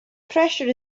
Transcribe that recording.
pressure